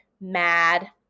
mad